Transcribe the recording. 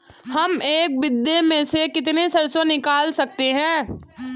हम एक बीघे में से कितनी सरसों निकाल सकते हैं?